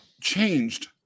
changed